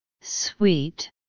Sweet